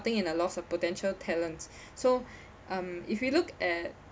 in a loss of a potential talent so um if you look at